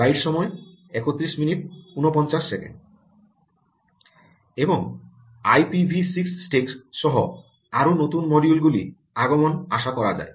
এবং IPv 6 stack সহ আরও নতুন মডিউল গুলি আগমন আশা করা যায়